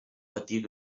patir